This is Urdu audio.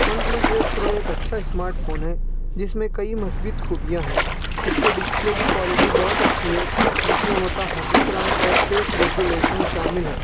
ون پلس ایٹ پرو ایک اچھا اسمارٹ فون ہے جس میں کئی مثبت خوبیاں ہیں اس کے ڈسپلے کی کوالٹی بہت اچھی ہے جس میں متحرک رنگ اور تیز ریزیولیشن شامل ہے